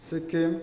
Sikkim